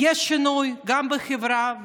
עובר שינוי, גם בחברה.